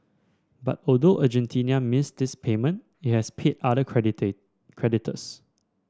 but although Argentina missed this payment it has paid other creditors